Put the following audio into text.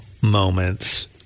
moments